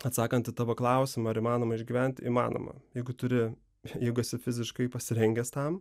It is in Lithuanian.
atsakant į tavo klausimą ar įmanoma išgyvent įmanoma jeigu turi jeigu esi fiziškai pasirengęs tam